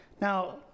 Now